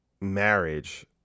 marriage